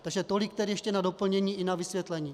Takže tolik ještě na doplnění i na vysvětlení.